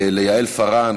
ליעל פארן,